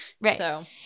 right